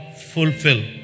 fulfill